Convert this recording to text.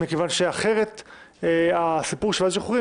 מכיוון שאחרת הסיפור של ועדת השחרורים